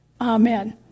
Amen